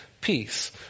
peace